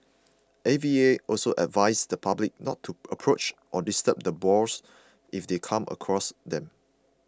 A V A also advised the public not to approach or disturb the boars if they come across them